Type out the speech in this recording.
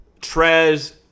Trez